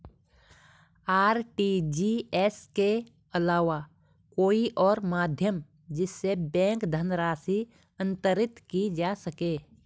RTGS के अलावा कोई और माध्यम जिससे बैंक धनराशि अंतरित की जा सके?